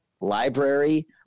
library